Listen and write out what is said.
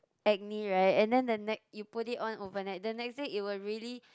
acne right and then the next you put it on overnight the next day it will really